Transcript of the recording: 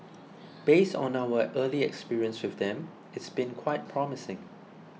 based on our early experience with them it's been quite promising